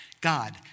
God